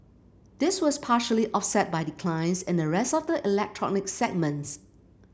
this was partially offset by declines in the rest of the electronic segments